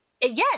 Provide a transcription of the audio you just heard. yes